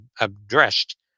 addressed